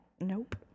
nope